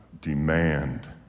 demand